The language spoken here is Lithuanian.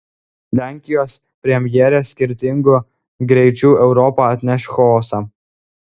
lenkijos premjerė skirtingų greičių europa atneš chaosą